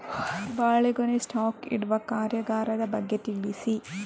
ಬಾಳೆಗೊನೆ ಸ್ಟಾಕ್ ಇಡುವ ಕಾರ್ಯಗಾರದ ಬಗ್ಗೆ ತಿಳಿಸಿ